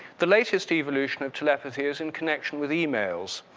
the latest evolution of telepathy is in connection with emails.